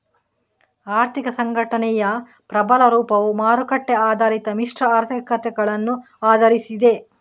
ಆರ್ಥಿಕ ಸಂಘಟನೆಯ ಪ್ರಬಲ ರೂಪವು ಮಾರುಕಟ್ಟೆ ಆಧಾರಿತ ಮಿಶ್ರ ಆರ್ಥಿಕತೆಗಳನ್ನು ಆಧರಿಸಿದೆ